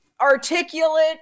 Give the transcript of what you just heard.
Articulate